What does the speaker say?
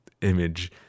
image